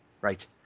Right